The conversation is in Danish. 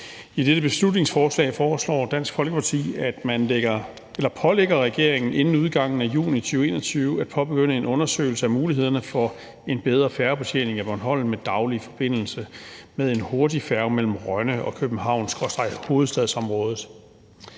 I dette beslutningsforslag foreslår Dansk Folkeparti, at man pålægger regeringen inden juni 2021 at påbegynde en undersøgelse af mulighederne for en bedre færgebetjening af Bornholm med daglig forbindelse med en hurtigfærge mellem Rønne og København skråstreg hovedstadsområdet.